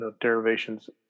derivations